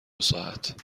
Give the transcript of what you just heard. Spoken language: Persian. ساعت